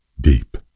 deep